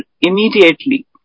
immediately